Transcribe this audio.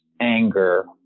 anger